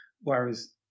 Whereas